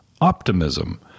optimism